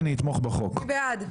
תודה.